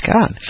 God